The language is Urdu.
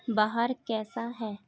باہر کیسا ہے